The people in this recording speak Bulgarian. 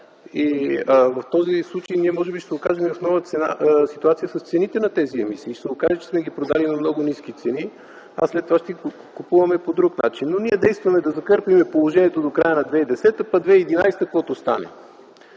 И в този случай ние може би ще се окажем в нова ситуация с цените на тези емисии. Ще се окаже, че сме ги продали на много по-ниски цени, а след това ще ги купуваме по друг начин. Но ние действаме, за да закърпим положението до края на 2010 г., пък в 2011 г. – каквото стане.